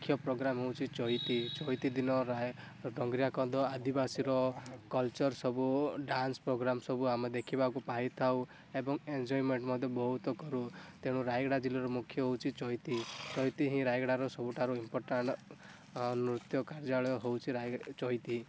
ମୁଖ୍ୟ ପ୍ରୋଗ୍ରାମ ହଉଛି ଚଈତି ଚଈତି ଦିନ ରାୟ ଡଙ୍ଗରିୟା କନ୍ଧ ଆଦିବାସୀ ର କଲଚର ସବୁ ଡ୍ୟାନ୍ସ ପ୍ରୋଗ୍ରାମ ସବୁ ଆମେ ଦେଖିବାକୁ ପାଇଥାଉ ଏବଂ ଏନଜୟମେଣ୍ଟ ମଧ୍ୟ ବହୁତ କରୁ ତେଣୁ ରାୟଗଡ଼ା ଜିଲ୍ଲାର ମୁଖ୍ୟ ହଉଛି ଚଈତି ଚଈତି ହୁଁ ରାୟଗଡ଼ାର ସବୁଠାରୁ ଇମ୍ପୋର୍ଟାଣ୍ଟ ନୃତ୍ୟ କାର୍ଯ୍ୟାଳୟ ହଉଛି ରାୟ ଚଈତି